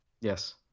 Yes